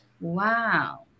Wow